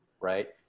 right